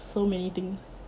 so many things